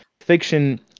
fiction